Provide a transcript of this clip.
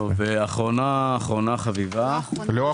אחים סלאנים מאושר לשנה 580708907 אמונתך 580692051 אהבת